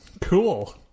Cool